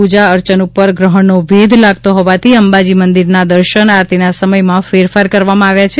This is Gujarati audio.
પુજા અર્ચન ઉપર ગ્રહણનો વેધ લાગતો હોવાથી અંબાજી મંદિર નાં દર્શન આરતી નાં સમય માં ફેરફાર કરવામાં આવ્યો છે